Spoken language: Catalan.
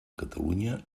catalunya